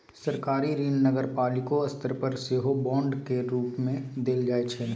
सरकारी ऋण नगरपालिको स्तर पर सेहो बांड केर रूप मे देल जाइ छै